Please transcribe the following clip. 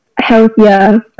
healthier